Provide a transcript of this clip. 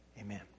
Amen